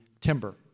timber